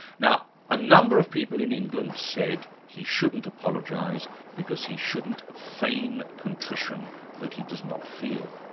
now a number of people in england said he shouldn't apologise because he shouldn't feign contrition that he does not feel.